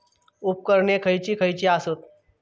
उपकरणे खैयची खैयची आसत?